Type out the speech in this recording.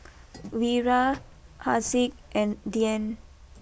Wira Haziq and Dian